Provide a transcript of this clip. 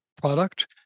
product